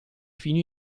fino